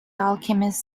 alchemist